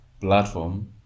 platform